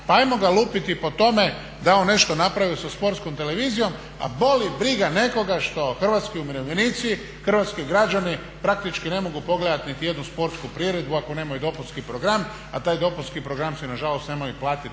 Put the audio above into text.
pa ajmo ga lupiti po tome da je on nešto napravio sa Sportskom televizijom a boli briga nekoga što hrvatski umirovljenici, hrvatski građani praktički ne mogu pogledati niti jednu sportsku priredbu ako nemaju dopunski program, a taj dopunski program se nažalost nemaju platiti